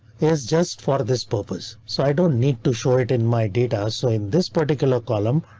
is just for this purpose, so i don't need to show it in my data. so in this particular column,